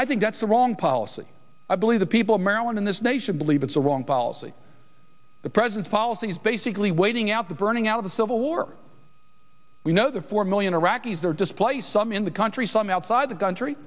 i think that's the wrong policy i believe the people of maryland in this nation believe it's a wrong policy the president's policies basically waiting out the burning out of the civil war you know the four million iraqis are displaced some in the country some outside the country